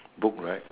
book right